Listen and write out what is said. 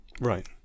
Right